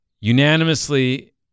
unanimously